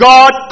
God